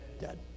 dead